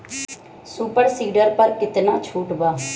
Super seeder पर केतना छूट बा?